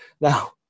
Now